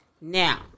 Now